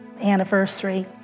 anniversary